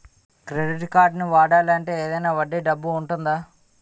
Credit కార్డ్ని వాడాలి అంటే ఏదైనా వడ్డీ డబ్బు ఉంటుందా?